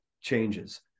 Changes